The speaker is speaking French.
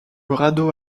radeau